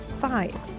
five